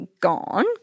gone